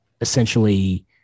essentially